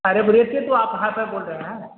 ارے بریسیے تو آپ ہائے پھائے بول رہے ہیں